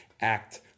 act